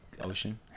ocean